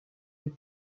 les